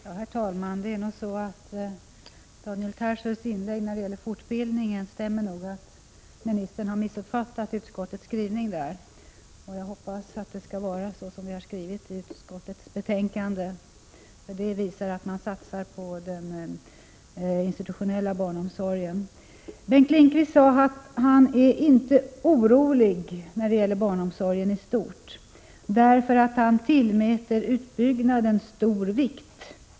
Herr talman! Det som Daniel Tarschys sade om fortbildningen stämmer nog, dvs. att ministern har missuppfattat utskottets skrivning. Jag hoppas att det som utskottet har skrivit i betänkandet stämmer, eftersom det visar att man skall satsa på den institutionella barnomsorgen. Bengt Lindqvist sade att han inte är orolig för barnomsorgen istort, för han tillmäter utbyggnaden stor vikt.